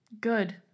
Good